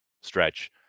stretch